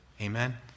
Amen